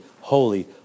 holy